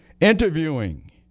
interviewing